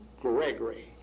gregory